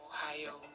Ohio